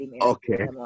okay